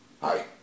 Hi